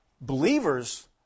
Believers